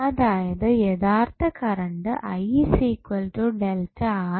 അതായത് യഥാർത്ഥ കറണ്ട് സംയുക്തം ആയി വെച്ചിട്ട്